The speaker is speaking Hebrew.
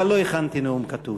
אבל לא הכנתי נאום כתוב.